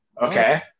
Okay